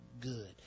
good